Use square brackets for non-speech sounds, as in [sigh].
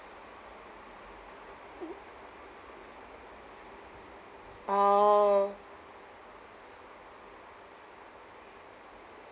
[noise] ah